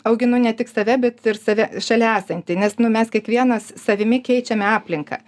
auginu ne tik save bet ir save šalia esantį nes nu mes kiekvienas savimi keičiame aplinką